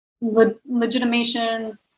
legitimation